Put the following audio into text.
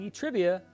trivia